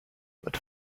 but